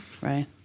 Right